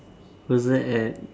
was that at